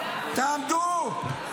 תעמדו.